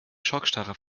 schockstarre